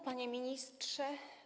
Panie Ministrze!